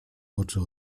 oczy